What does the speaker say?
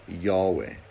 Yahweh